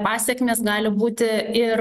pasekmės gali būti ir